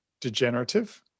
degenerative